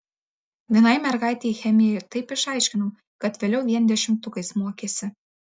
vienai mergaitei chemiją taip išaiškinau kad vėliau vien dešimtukais mokėsi